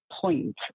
point